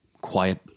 quiet